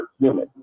human